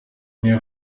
niyo